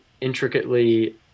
intricately